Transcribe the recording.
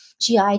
GI